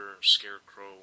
Scarecrow